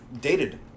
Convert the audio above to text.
dated